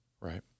Right